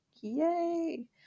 Yay